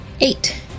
Eight